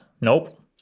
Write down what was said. nope